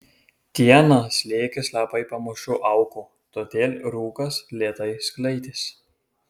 dieną slėgis labai pamažu augo todėl rūkas lėtai sklaidėsi